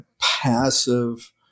passive